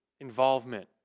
Involvement